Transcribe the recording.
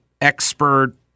expert